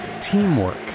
teamwork